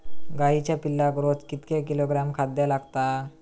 गाईच्या पिल्लाक रोज कितके किलोग्रॅम खाद्य लागता?